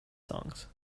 songs